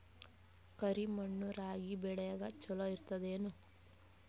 ಕರಿ ಮಣ್ಣು ರಾಗಿ ಬೇಳಿಗ ಚಲೋ ಇರ್ತದ ಏನು?